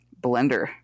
Blender